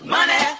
Money